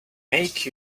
make